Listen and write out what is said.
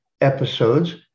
episodes